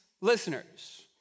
listeners